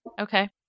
okay